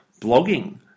blogging